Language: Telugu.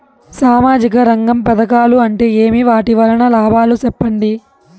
సామాజిక రంగం పథకాలు అంటే ఏమి? వాటి వలన లాభాలు సెప్పండి?